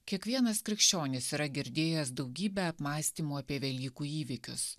kiekvienas krikščionis yra girdėjęs daugybę apmąstymų apie velykų įvykius